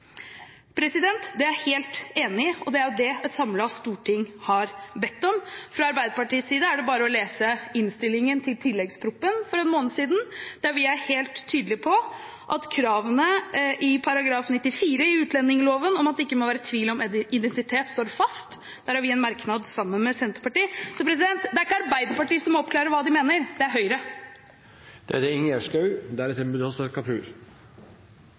Det er jeg helt enig i, og det er jo det et samlet storting har bedt om. Fra Arbeiderpartiets side er det bare å lese innstillingen til tilleggsproposisjonen for en måned siden, der vi er helt tydelige på at kravene i § 94 i utlendingsloven om at det ikke må være tvil om identitet, står fast. Der har vi en merknad sammen med Senterpartiet. Så det er ikke Arbeiderpartiet som må oppklare hva de mener, det er Høyre. Det er